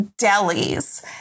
delis